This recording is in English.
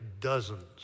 dozens